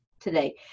today